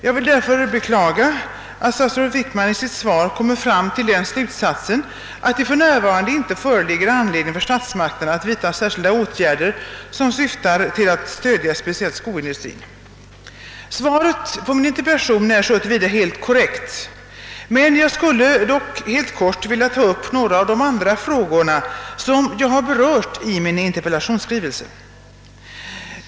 Jag vill därför beklaga att statsrådet Wickman i sitt svar kom mer fram till slutsatsen, att det för närvarande inte finns någon anledning för statsmakterna att vidta särskilda åtgärder som syftar till att stödja speciellt skoindustrin. Svaret på min interpellation är så till vida helt korrekt, men jag skulle dock helt kort vilja ta upp några av de andra frågor som jag berört i min interpellation.